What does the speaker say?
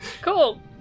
Cool